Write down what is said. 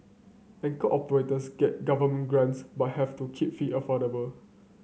anchor operators get government grants but have to keep fee affordable